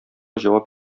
җавап